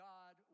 God